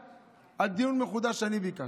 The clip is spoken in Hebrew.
בלעדיי, על דיון מחודש אני ביקשתי.